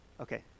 Okay